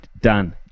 Done